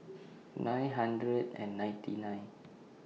nine hundred and ninety nine